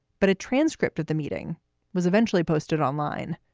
but a transcript of the meeting was eventually posted online.